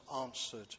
answered